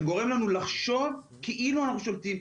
זה גורם לנו לחשוב כאילו אנחנו שולטים,